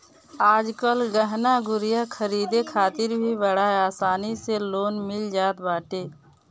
आजकल गहना गुरिया खरीदे खातिर भी बड़ा आसानी से लोन मिल जात बाटे